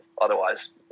otherwise